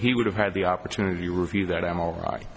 he would have had the opportunity to review that i'm all right